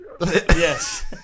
Yes